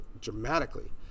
dramatically